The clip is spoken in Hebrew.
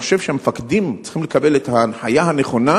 אני חושב שהמפקדים צריכים לקבל את ההנחיה הנכונה